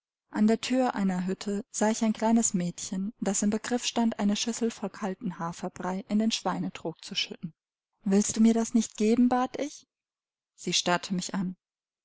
an der thür einer hütte sah ich ein kleines mädchen das im begriff stand eine schüssel voll kalten haferbrei in den schweinetrog zu schütten willst du mir das nicht geben bat ich sie starrte mich an